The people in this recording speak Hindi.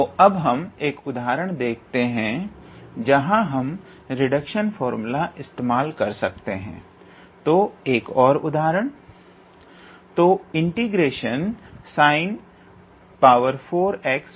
तो अब हम एक उदाहरण देखते हैं जहां हम रिडक्शन फार्मूला इस्तेमाल कर सकते हैं तो एक और उदाहरण